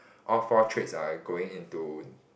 all four trades are going into